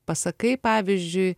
pasakai pavyzdžiui